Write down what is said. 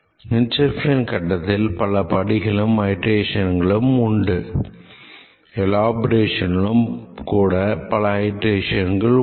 Inception கட்டத்தில் பல படிகளும் அயிட்ரேஷன்களும் உண்டு எலோபரேஷனிலும் கூட பல அயிட்ரேஷன்கள் உண்டு